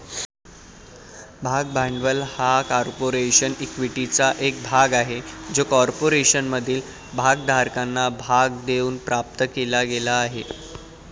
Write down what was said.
भाग भांडवल हा कॉर्पोरेशन इक्विटीचा एक भाग आहे जो कॉर्पोरेशनमधील भागधारकांना भाग देऊन प्राप्त केला गेला आहे